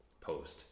post